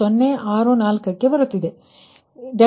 064 ಕ್ಕೆ ಬರುತ್ತಿದೆ ನೋಡಿ